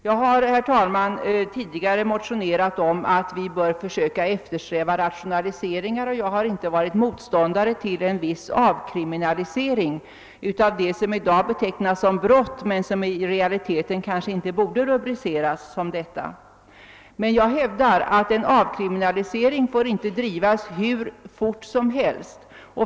Jag har, herr talman, tidigare motionerat om att vi bör försöka eftersträva rationaliseringar, och jag har inte varit motståndare till en viss avkriminalisering av det som i dag betecknas som brott men som i realiteten kanske inte borde rubriceras som sådant. Men jag hävdar att en avkriminalisering inte får drivas hur långt som helst.